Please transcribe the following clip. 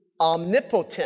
omnipotent